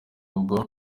ubwo